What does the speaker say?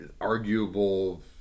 arguable